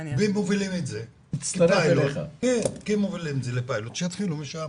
אם מובילים את זה לפיילוט, שיתחילו משם.